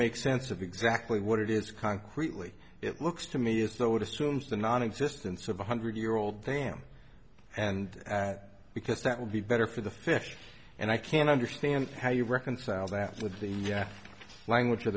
make sense of exactly what it is concretely it looks to me as though it assumes the nonexistence of one hundred year old tam and that because that would be better for the fish and i can't understand how you reconcile that with the language of